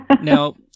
Now